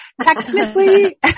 technically